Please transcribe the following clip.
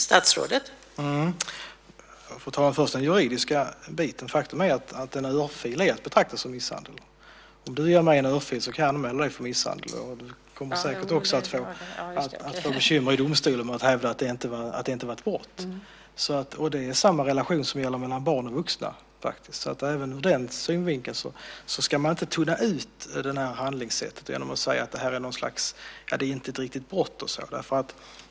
Fru talman! När det gäller den juridiska biten är en örfil att betrakta som misshandel. Om du ger mig en örfil kan jag anmäla dig för misshandel. Du kommer säkert att få bekymmer i domstolen med att hävda att det inte var ett brott. Detsamma gäller mellan barn och vuxna. Man ska inte tunna ut handlingssättet genom att säga att det inte är ett riktigt brott.